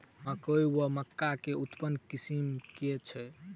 मकई वा मक्का केँ उन्नत किसिम केँ छैय?